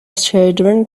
children